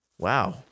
Wow